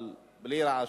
אבל בלי רעשים.